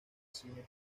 cine